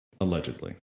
Allegedly